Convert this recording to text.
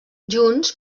junts